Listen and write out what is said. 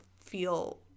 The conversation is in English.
feel